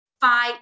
fight